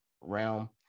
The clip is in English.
realm